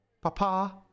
Papa